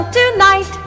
tonight